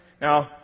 Now